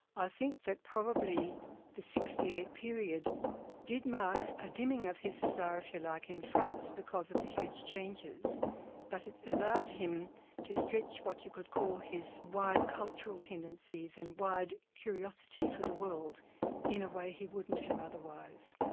i think that probably the zero six eight period did mark a dimming of his star if you like in france because of the huge changes but it allowed him to stretch what you could call his wide cultural tendencies and wide curiosity for the world in a way he wouldn't have otherwise.